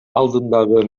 алдындагы